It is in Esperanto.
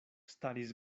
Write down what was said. staris